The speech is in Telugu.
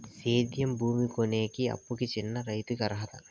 సేద్యం భూమి కొనేకి, అప్పుకి చిన్న రైతులు అర్హులా?